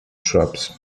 shrubs